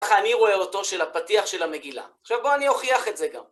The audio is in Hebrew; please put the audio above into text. ככה אני רואה אותו של הפתיח של המגילה, עכשיו בוא אני אוכיח את זה גם.